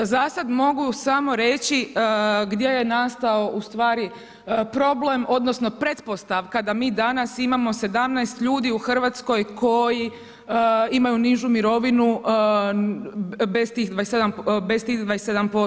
Zasad mogu samo reći gdje je nastao u stvari problem odnosno pretpostavka da mi danas imamo 17 ljudi u Hrvatskoj koji imaju nižu mirovinu bez tih 27%